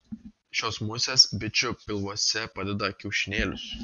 šios musės bičių pilvuose padeda kiaušinėlius